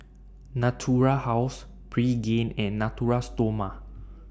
Natura House Pregain and Natura Stoma